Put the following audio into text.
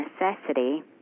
necessity